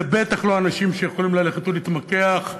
זה בטח לא אנשים שיכולים ללכת ולהתמקח,